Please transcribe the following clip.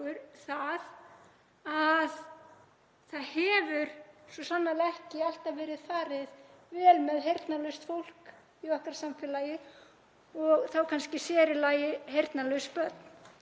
að það hefur svo sannarlega ekki alltaf verið farið vel með heyrnarlaust fólk í okkar samfélagi og þá kannski sér í lagi heyrnarlaus börn.